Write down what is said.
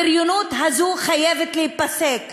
הבריונות הזו חייבת להיפסק.